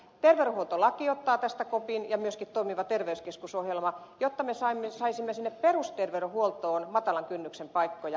terveydenhuoltolaki ottaa tästä kopin ja myöskin toimiva terveyskeskus ohjelma jotta me saisimme sinne perusterveydenhuoltoon matalan kynnyksen paikkoja